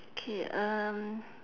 K um